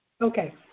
Okay